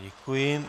Děkuji.